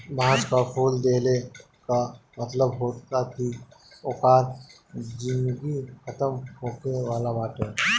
बांस कअ फूल देहले कअ मतलब होला कि ओकर जिनगी खतम होखे वाला बाटे